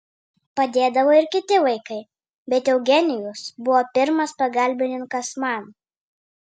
padėdavo ir kiti vaikai bet eugenijus buvo pirmas pagalbininkas man